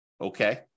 Okay